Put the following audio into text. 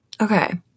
Okay